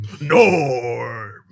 Norm